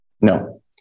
No